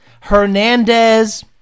Hernandez